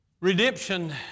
Redemption